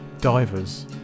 Divers